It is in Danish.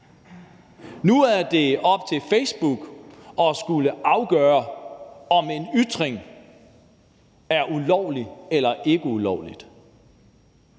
Nu er det op til Facebook at skulle afgøre, om en ytring er ulovlig eller ikke ulovlig,